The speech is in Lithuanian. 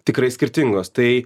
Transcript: tikrai skirtingos tai